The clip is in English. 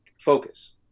focus